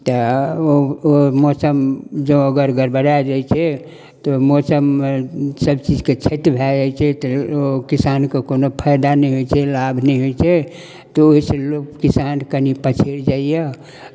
तऽ ओ मौसम जँ अगर ग गड़बड़ा जाइ छै तऽ मौसममे सभचीजके क्षति भए जाइ छै तऽ ओ किसानके कोनो फायदा नहि होइ छै लाभ नहि होइ छै तऽ ओहिसँ लोक किसान कनि पछड़ि जाइए